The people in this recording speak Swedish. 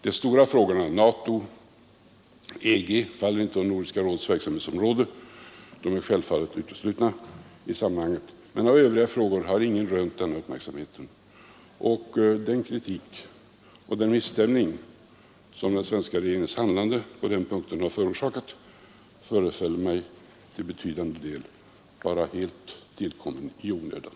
De stora frågorna, t.ex. NATO och EG, faller inte under Nordiska rådets verksamhetsområde. De är självfallet uteslutna i sådana sammanhang. Men av övriga frågor har ingen rönt sådan uppmärksamhet som äktenskapslagstiftningen. Och den kritik och den misstämning som den svenska regeringens handlande har förorsakat förefaller mig till betydande del vara tillkomna helt i onödan.